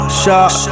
shot